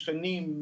שכנים,